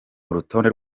urutonde